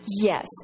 Yes